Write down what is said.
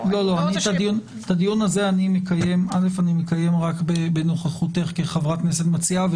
את הדיון הזה אני מקיים רק בנוכחותך כחברת הכנסת המציעה,